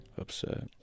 upset